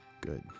good